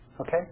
Okay